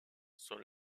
sont